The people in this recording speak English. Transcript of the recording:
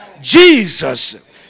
Jesus